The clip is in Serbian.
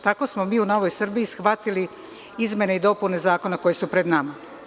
Tako smo mi u Novoj Srbiji shvatili izmene i dopune Zakona koje su pred nama.